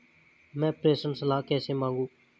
मैं प्रेषण सलाह कैसे मांगूं?